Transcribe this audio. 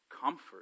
comfort